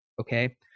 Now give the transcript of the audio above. Okay